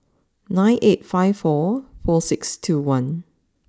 nine eight five four four six two one